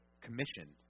commissioned